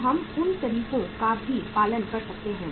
तो हम उन तरीकों का भी पालन कर सकते हैं